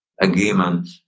agreement